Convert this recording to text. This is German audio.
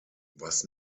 was